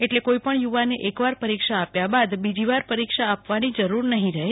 એટલે કોઇ પણ યું વાને એકવાર પરિક્ષા આપ્યા બાદ બીજીવાર પરિક્ષા આપવાની જરૂર નહિ રહે